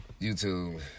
YouTube